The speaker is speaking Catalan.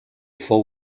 fou